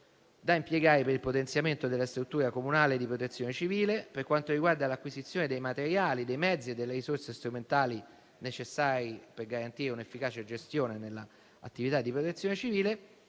da impiegare per il potenziamento della struttura comunale di protezione civile nell'ambito dell'acquisizione dei materiali dei mezzi e delle risorse strumentali necessari per garantire un'efficace gestione nelle attività di protezione civile